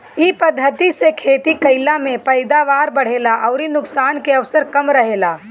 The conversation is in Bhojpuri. इ पद्धति से खेती कईला में पैदावार बढ़ेला अउरी नुकसान के अवसर कम रहेला